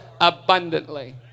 abundantly